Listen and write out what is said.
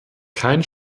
kein